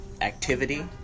activity